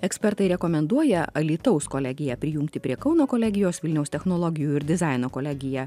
ekspertai rekomenduoja alytaus kolegiją prijungti prie kauno kolegijos vilniaus technologijų ir dizaino kolegija